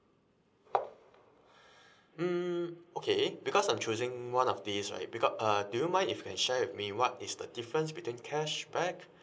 mm okay because I'm choosing one of these right because uh do you mind if you can share with me what is the difference between cashback